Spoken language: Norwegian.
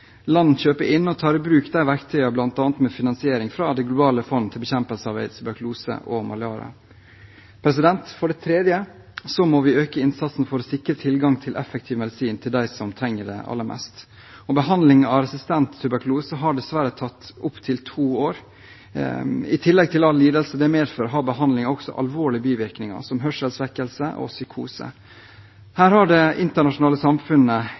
Landene kjøper inn og tar i bruk disse verktøyene bl.a. med finansiering fra Det globale fondet for bekjempelse av aids, tuberkulose og malaria. For det tredje må vi øke innsatsen for å sikre tilgang til effektive medisiner til dem som trenger det aller mest. Behandling av resistent tuberkulose har dessverre tatt opp til to år. I tillegg til all lidelse dette medfører, har behandlingen også alvorlige bivirkninger, som hørselssvekkelse og psykose. Her har det internasjonale samfunnet